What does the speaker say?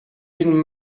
been